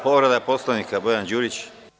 Povreda Poslovnika, Bojan Đurić.